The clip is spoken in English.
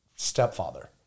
stepfather